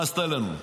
מה עשתה לנו.